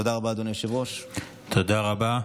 תודה רבה,